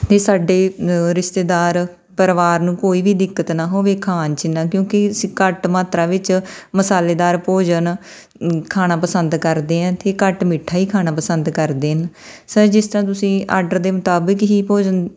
ਅਤੇ ਸਾਡੇ ਰਿਸ਼ਤੇਦਾਰ ਪਰਿਵਾਰ ਨੂੰ ਕੋਈ ਵੀ ਦਿੱਕਤ ਨਾ ਹੋਵੇ ਖਾਣ 'ਚ ਇਹ ਨਾ ਕਿਉਂਕਿ ਅਸੀਂ ਘੱਟ ਮਾਤਰਾ ਵਿੱਚ ਮਸਾਲੇਦਾਰ ਭੋਜਨ ਖਾਣਾ ਪਸੰਦ ਕਰਦੇ ਹਾਂ ਅਤੇ ਘੱਟ ਮਿੱਠਾ ਹੀ ਖਾਣਾ ਪਸੰਦ ਕਰਦੇ ਨ ਸਰ ਜਿਸ ਤਰ੍ਹਾਂ ਤੁਸੀਂ ਆਰਡਰ ਦੇ ਮੁਤਾਬਿਕ ਹੀ ਭੋਜਨ